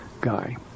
guy